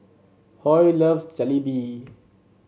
Hoy loves Jalebi